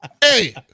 Hey